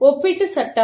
ஒப்பீட்டுச் சட்டம்